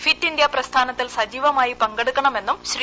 fit India പ്രസ്ഥാനത്തിൽ ് സജീവമായി പങ്കെടുക്കണമെന്നും ശ്രീ